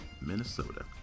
Minnesota